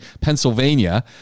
pennsylvania